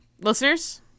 listeners